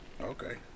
Okay